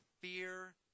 fear